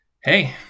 hey